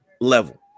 level